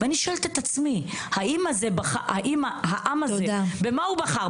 אני שואלת את עצמי: במה בחר העם הזה,